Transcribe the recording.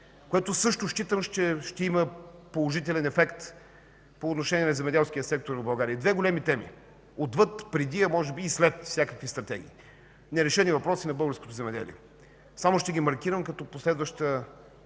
което също считам, че ще има положителен ефект по отношение на земеделския сектор в България. Две големи теми – отвъд, преди, а може би и след всякакви стратегии за нерешени въпроси на българското земеделие. Само ще ги маркирам като последваща